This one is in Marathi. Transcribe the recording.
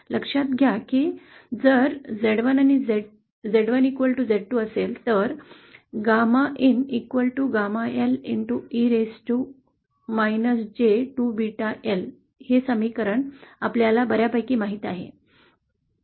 लक्षात घ्या की जर Z1 Z2 असेल तर GAMAin GAMA L e raised to J2BetaL हे समीकरण आपल्याला बर् यापैकी माहीत आहे